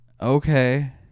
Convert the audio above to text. Okay